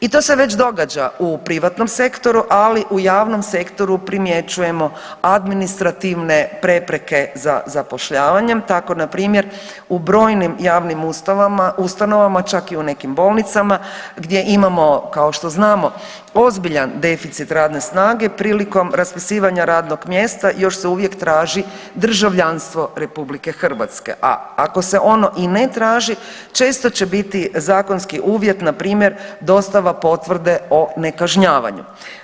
I to se već događa u privatnom sektoru, ali u javnom sektoru primjećujemo administrativne prepreke za zapošljavanjem, tako npr. u brojnim javnim ustanovama, čak i u nekim bolnicama gdje imamo kao što znamo ozbiljan deficit radne snage, prilikom raspisivanja radnog mjesta još se uvijek traži državljanstvo RH, a ako se ono i ne traži često će biti zakonski uvjet npr. dostava potvrde o nekažnjavanju.